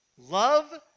love